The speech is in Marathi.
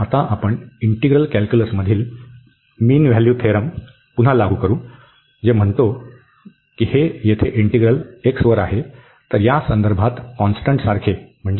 आणि आता आपण इंटीग्रल कॅल्क्युलसमधील मीन व्हॅल्यू थेरम पुन्हा वापरू जो म्हणतो की हे येथे इंटीग्रल x वर आहे तर या संदर्भात कॉन्स्टन्ट सारखे म्हणजे x वर आहे